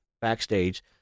backstage